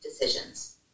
decisions